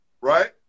right